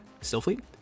Stillfleet